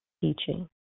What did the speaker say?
Teaching